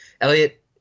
Elliot